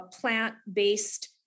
plant-based